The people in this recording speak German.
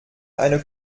eine